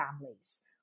families